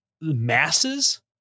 masses